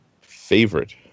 Favorite